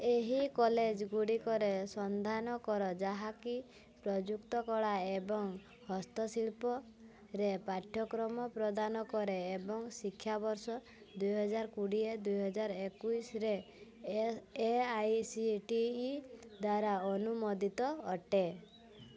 ଏହି କଲେଜଗୁଡ଼ିକର ସନ୍ଧାନ କର ଯାହାକି ପ୍ରଯୁକ୍ତ କଳା ଏବଂ ହସ୍ତଶିଳ୍ପରେ ପାଠ୍ୟକ୍ରମ ପ୍ରଦାନ କରେ ଏବଂ ଶିକ୍ଷାବର୍ଷ ଦୁଇହାଜରେ କୋଡ଼ିଏ ଦୁଇହାଜରେ ଏକୋଇଶରେ A I C T E ଦ୍ଵାରା ଅନୁମୋଦିତ ଅଟେ